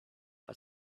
but